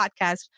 podcast